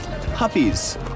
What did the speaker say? puppies